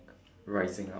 rising up